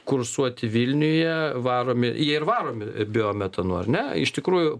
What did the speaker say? kursuoti vilniuje varomi jie ir varomi biometonu ar ne iš tikrųjų